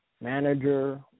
manager